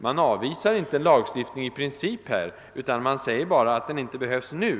Man avvisar inte en lagstiftning i princip utan säger bara att den inte behövs nu.